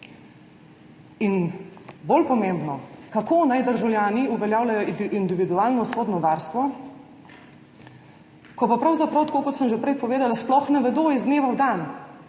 In bolj pomembno, kako naj državljani uveljavljajo individualno sodno varstvo, ko pa pravzaprav, tako kot sem že prej povedala, sploh iz dneva v dan